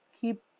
keep –